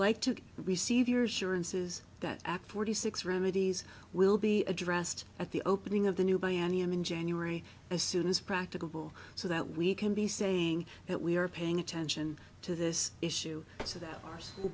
like to receive yours sure and says that ak forty six remedies will be addressed at the opening of the new bayani i'm in january as soon as practicable so that we can be saying that we are paying attention to this issue so that our